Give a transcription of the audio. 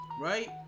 right